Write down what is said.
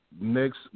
Next